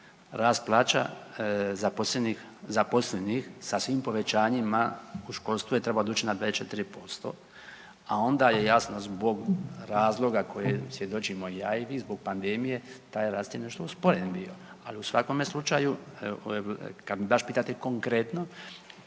Rast plaća zaposlenih sa svim povećanjima, u školstvu je trebao doći na 24%, a onda je jasno zbog razloga koje svjedočimo i ja i vi zbog pandemije, taj rast je nešto usporen bio, ali u svakome slučaju, kad baš pitate konkretno,